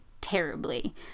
terribly